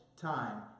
time